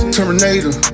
Terminator